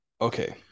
Okay